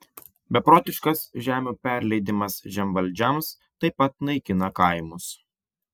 beprotiškas žemių perleidimas žemvaldžiams taip pat naikina kaimus